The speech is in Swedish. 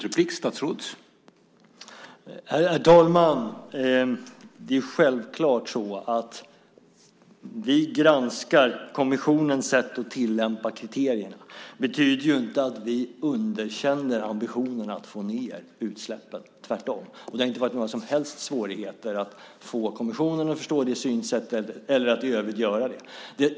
Herr talman! Vi granskar självfallet kommissionens sätt att tillämpa kriterierna. Det betyder inte att vi underkänner ambitionen att få ned utsläppen - tvärtom. Det har inte varit några som helst svårigheter att få kommissionen att förstå det synsättet eller att i övrigt göra det.